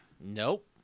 Nope